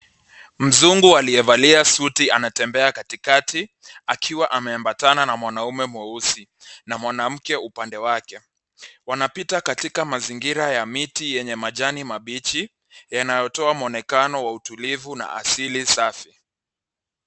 Mzungu aliyevalia suti anatembea katikati akiwa ameambatana na mwanaume mweusi na mwanamke upande wake. Wanapita katika mazingira ya miti yenye majani mabichi yanayotoa mwonekano wa utulivu na asili safi.